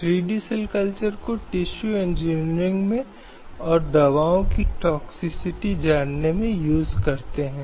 slide समय संदर्भ 0348 संविधान का भाग तीन मौलिक अधिकारों की बात करता है